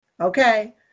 Okay